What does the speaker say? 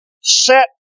set